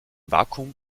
vakuum